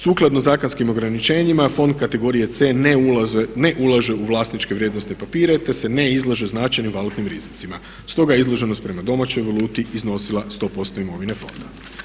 Sukladno zakonskim ograničenjima fond kategorije C ne ulaže u vlasničke vrijednosne papire te se ne izlaže značajnim valutnim rizicima, stoga je izloženost prema domaćoj valuti iznosila 100% imovine fonda.